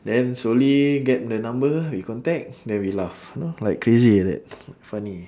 then slowly get the number we contact then we laugh you know like crazy like that funny